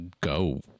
go